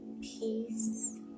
peace